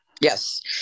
Yes